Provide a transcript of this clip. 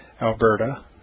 Alberta